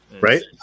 right